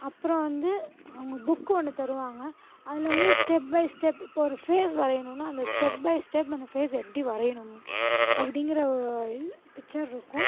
அப்புறம் வந்து அவுங்க புக் ஒன்று தருவாங்கள் அதில் வந்து ஸ்டெப் பை ஸ்டெப் இப்போது ஒரு ஃபேஸ் வரையணும்னா அந்த ஸ்டெப் பை ஸ்டெப் அந்த ஃபேஸ் எப்படி வரையணும் அப்படிங்கிற பிச்சருக்கும்